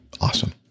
Awesome